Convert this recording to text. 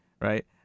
right